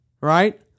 Right